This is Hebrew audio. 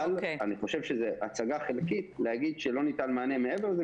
אבל אני חושב שזו הצגה חלקית להגיד שלא ניתן מענה מעבר לזה,